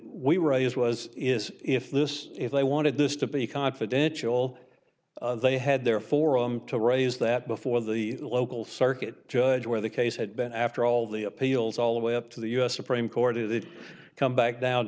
were is was is if this if they wanted this to be confidential they had their forum to raise that before the local circuit judge where the case had been after all the appeals all the way up to the u s supreme court it come back down